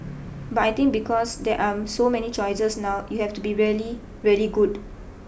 but I think because there are so many choices now you have to be really really good